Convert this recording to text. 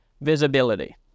visibility